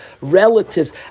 relatives